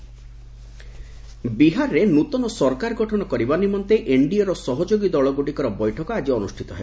ବିହାର ଗଭ୍ ବିହାରରେ ନୃତନ ସରକାର ଗଠନ କରିବା ନିମନ୍ତେ ଏନ୍ଡିଏର ସହଯୋଗୀ ଦଳଗୁଡ଼ିକର ବୈଠକ ଆଳି ଅନୁଷ୍ଠିତ ହେବ